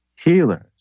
healers